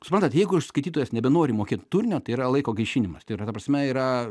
suprantat jeigu skaitytojas nebenori mokėt turinio tai yra laiko gaišinimas tai yra ta prasme yra